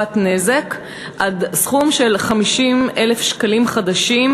הוכחת נזק עד סכום של 50,000 שקלים חדשים,